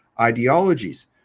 ideologies